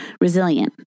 resilient